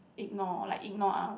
ignore like ignore us